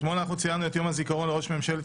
אתמול ציינו את יום הזיכרון לראש ממשלת